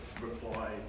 reply